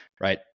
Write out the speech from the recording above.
right